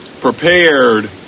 prepared